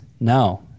No